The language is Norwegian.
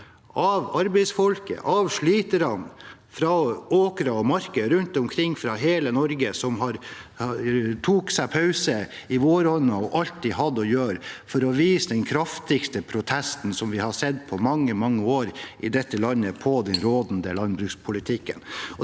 arbeidsfolk, av sliterne fra åkrer og marker rundt omkring i hele Norge som tok seg pause i våronna og alt de hadde å gjøre, for å vise den kraftigste protesten vi har sett på mange, mange år i dette landet, mot den rådende landbrukspolitikken.